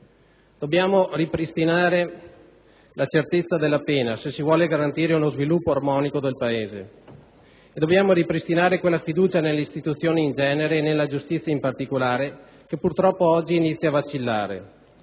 Dobbiamo ripristinare la certezza della pena, se si vuole garantire uno sviluppo armonico del Paese. Dobbiamo ripristinare quella fiducia, nelle istituzioni in genere e nella giustizia in particolare, che purtroppo oggi inizia a vacillare.